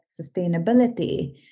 sustainability